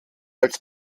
als